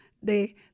de